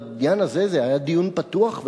זה היה דיון פתוח,